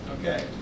Okay